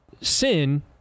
sin